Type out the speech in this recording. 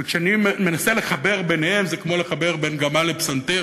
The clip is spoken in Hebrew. וכשאני מנסה לחבר ביניהם זה כמו לחבר בין גמל לפסנתר,